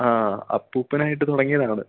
ആ അപ്പൂപ്പനായിട്ട് തുടങ്ങിയതാണ്